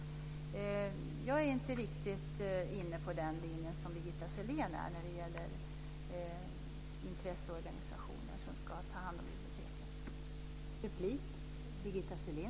Jag är inte riktigt inne på den linje som Birgitta Sellén är när det gäller att intresseorganisationer ska ta hand om biblioteken.